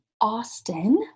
Austin